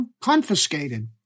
confiscated